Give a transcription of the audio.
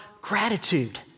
gratitude